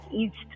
east